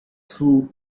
through